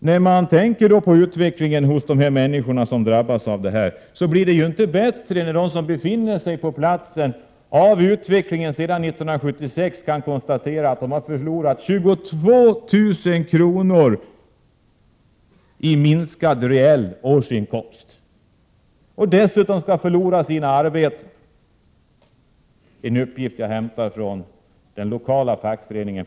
De människor på orten som drabbas kan konstatera att de på grund av utvecklingen sedan 1976 har förlorat 22 000 kr. i minskad reell årsinkomst. Dessutom skall de nu förlora sina arbeten. Detta är en uppgift jag har hämtat från den lokala fackföreningen.